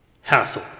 hassle